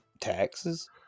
taxes